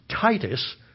Titus